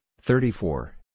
thirty-four